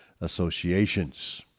associations